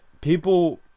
people